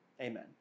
Amen